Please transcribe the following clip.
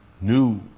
new